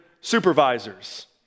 supervisors